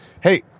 Hey